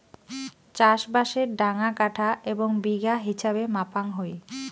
চাষবাসের ডাঙা কাঠা এবং বিঘা হিছাবে মাপাং হই